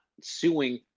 suing